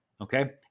Okay